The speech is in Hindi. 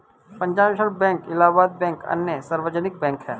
Punjab national bank Allahabad bank अन्य सार्वजनिक बैंक है